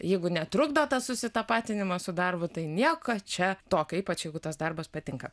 jeigu netrukdo tas susitapatinimas su darbu tai nieko čia tokio ypač jeigu tas darbas patinka